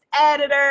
editor